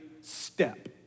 step